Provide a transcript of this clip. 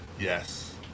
Yes